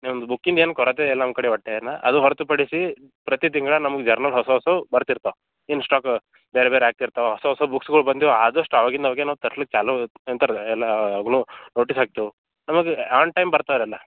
ನಿಮ್ದು ಬುಕಿಂದು ಏನು ಕೊರತೆ ಇಲ್ಲ ನಮ್ಮ ಕಡೆ ಒಟ್ಟು ನಾ ಅದು ಹೊರತು ಪಡಿಸಿ ಪ್ರತೀ ತಿಂಗಳ ನಮ್ಗೆ ಜರ್ನಲ್ ಹೊಸ ಹೊಸವು ಬರ್ತಿರ್ತಾವೆ ಇನ್ನು ಸ್ಟಾಕ್ ಬೇರೆ ಬೇರೆ ಹಾಕ್ತೀರ್ತವೆ ಹೊಸ ಹೊಸ ಬುಕ್ಸ್ಗುಳು ಬಂದೀವೆ ಆದಷ್ಟು ಅವಾಗಿಂದ ಅವಾಗೇ ನಾವು ತರ್ಸ್ಲಿಕ್ಕೆ ಚಾಲೋ ಎಂತರೇ ಎಲ್ಲ ಅಗಲು ಒಟ್ಟಿಗೆ ಹಾಕ್ತೆವೆ ನಮಗೆ ಆನ್ ಟೈಮ್ ಬರ್ತಾರೆ ಎಲ್ಲ